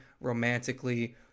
romantically